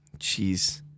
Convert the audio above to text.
Jeez